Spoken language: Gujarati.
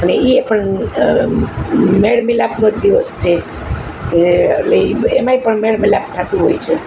અને એ એ પણ મેળ મિલાપનો જ દિવસ છે એટલે એટલે એ એમાંય પણ મેળ મિલાપ થાતું હોય છે